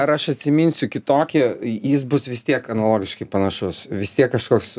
ar aš atsiminsiu kitokį jis bus vis tiek analogiškai panašus vis tiek kažkoks